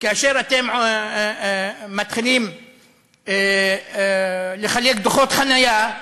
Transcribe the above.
כאשר אתם מתחילים לחלק דוחות חניה,